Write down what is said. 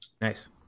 Nice